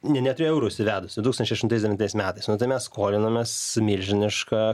ne neturėjo eurų įsivedusi du tūkstančiai aštuntais devintais metais nu tai mes skolinomės milžinišką